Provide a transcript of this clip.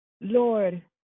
Lord